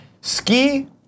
ski